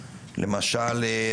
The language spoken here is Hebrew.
למשל,